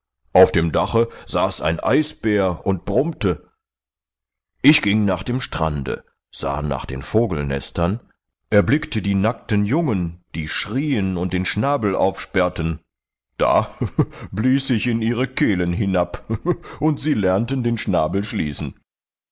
auf dem dache saß ein eisbär und brummte ich ging nach dem strande sah nach den vogelnestern erblickte die nackten jungen die schrieen und den schnabel aufsperrten da blies ich in ihre kehlen hinab und sie lernten den schnabel schließen